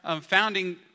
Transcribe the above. founding